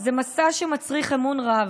"זה מסע שמצריך אמון רב,